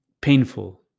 painful